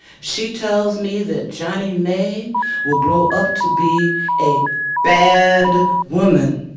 she tells me that johnnie mae will grow up to be a bad woman.